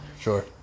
Sure